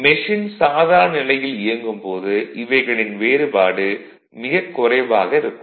machine சாதாரண நிலையில் இயங்கும் போது இவைகளின் வேறுபாடு மிகக் குறைவாக இருக்கும்